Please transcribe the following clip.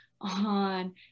on